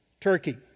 Turkey